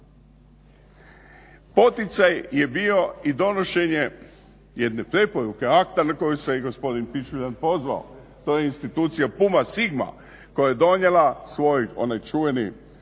Poticaj je bio i donošenje jedne preporuke, akta na koji se i gospodin Pičuljan pozvao. To je institucija Puma sigma koja je donijela svoj onaj čuvene principe